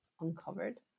uncovered